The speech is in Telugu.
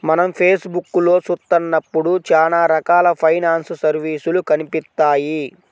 మనం ఫేస్ బుక్కులో చూత్తన్నప్పుడు చానా రకాల ఫైనాన్స్ సర్వీసులు కనిపిత్తాయి